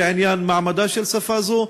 ולעניין מעמדה של שפה זו.